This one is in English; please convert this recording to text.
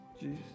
Jesus